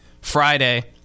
Friday